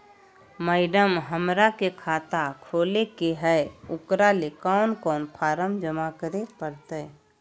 Madam, हमरा के खाता खोले के है उकरा ले कौन कौन फारम जमा करे परते?